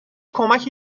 کمکی